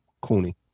Cooney